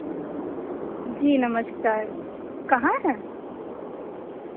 जी नमस्कार कहाँ हैं